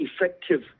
effective